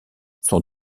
son